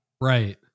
right